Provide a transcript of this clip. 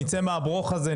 נצא מהברוך הזה,